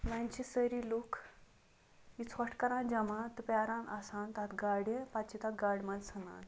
وۄنۍ چھِ سٲری لُکھ یہِ ژھوٚٹھ کَران جَمَع تہٕ پیاران آسان تتھ گاڑِ پَتہٕ چھِ تتھ گاڑِ مَنٛز ژھِنان